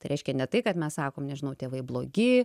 tai reiškia ne tai kad mes sakom nežinau tėvai blogi